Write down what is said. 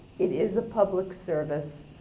it is a public service.